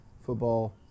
football